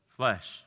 flesh